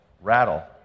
rattle